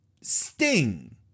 Sting